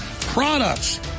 products